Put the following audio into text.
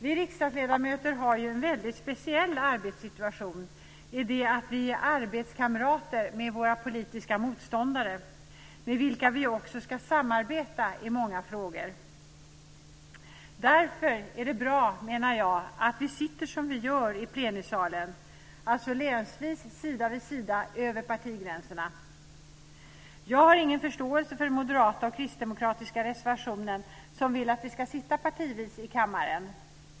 Vi riksdagsledamöter har ju en väldigt speciell arbetssituation i det att vi är arbetskamrater med våra politiska motståndare, med vilka vi också ska samarbeta i många frågor. Därför menar jag att det är bra att vi sitter som vi gör i plenisalen, dvs. länsvis, sida vid sida över partigränserna. Jag har ingen förståelse för den moderata och kristdemokratiska reservationen där man vill att vi ska sitta partivis i kammaren.